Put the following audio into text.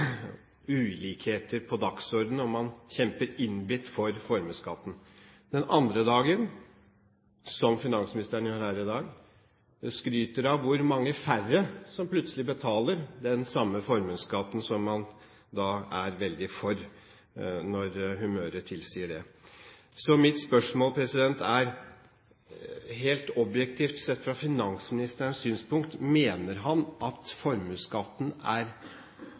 ulikheter på dagsordenen, og man kjemper innbitt for formuesskatten. Den andre dagen, som finansministeren gjør her i dag, skryter man av hvor mange færre som plutselig betaler den samme formuesskatten som man er veldig for, når humøret tilsier det. Mitt spørsmål er: Mener finansministeren, sett helt objektivt fra hans synspunkt, at formuesskatten er